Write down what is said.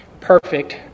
perfect